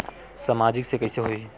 सामाजिक से कइसे होही?